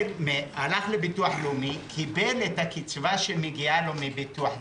הלך לביטוח לאומי וקיבל את הקצבה שמגיעה לו מהביטוח הלאומי,